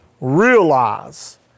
realize